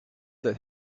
that